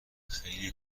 خیلی